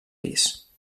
pis